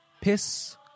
Piss